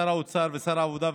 שר האוצר ושר העבודה,